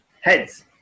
Heads